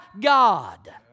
God